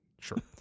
Sure